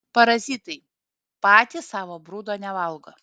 parazitai patys savo brudo nevalgo